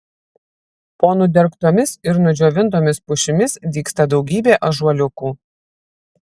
po nudergtomis ir nudžiovintomis pušimis dygsta daugybė ąžuoliukų